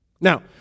Now